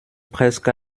presque